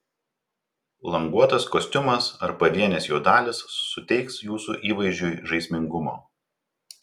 languotas kostiumas ar pavienės jo dalys suteiks jūsų įvaizdžiui žaismingumo